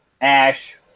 Ash